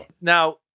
Now